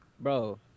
bro